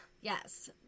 Yes